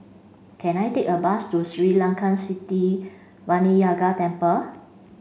can I take a bus to Sri Layan Sithi Vinayagar Temple